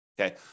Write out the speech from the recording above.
Okay